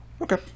okay